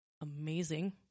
amazing